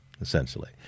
essentially